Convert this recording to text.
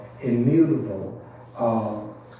immutable